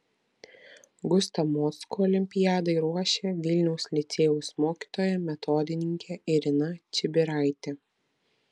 gustą mockų olimpiadai ruošė vilniaus licėjaus mokytoja metodininkė irina čibiraitė